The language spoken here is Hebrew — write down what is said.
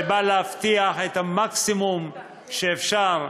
זה נועד להבטיח את המקסימום שאפשר,